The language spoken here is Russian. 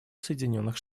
соединенных